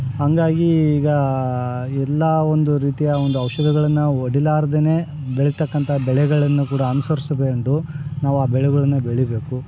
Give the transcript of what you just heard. ಹಂಗಾಗಿ ಈಗ ಎಲ್ಲ ಒಂದು ರೀತಿಯ ಒಂದು ಔಷಧಗಳನ್ನು ಹೊಡಿಲಾರ್ದೇ ಬೆಳಿತಕ್ಕಂಥ ಬೆಳೆಗಳನ್ನು ಕೂಡ ಅನ್ಸರ್ಸಕೊಂಡು ನಾವು ಆ ಬೆಳೆಗಳನ್ನ ಬೆಳಿಬೇಕು